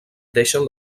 deixen